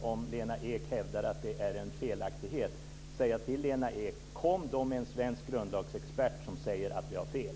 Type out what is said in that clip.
Om Lena Ek hävdar att det är en felaktighet vill jag säga till henne: Kom med en svensk grundlagsexpert som säger att vi har fel!